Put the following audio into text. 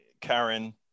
Karen